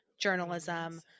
journalism